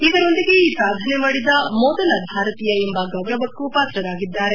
ಇದರೊಂದಿಗೆ ಈ ಸಾಧನೆ ಮಾಡಿದ ಮೊದಲ ಭಾರತೀಯ ಎಂಬ ಗೌರವಕ್ಕೂ ಪಾತ್ರರಾಗಿದ್ದಾರೆ